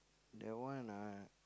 that one ah